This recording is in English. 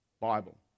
Bible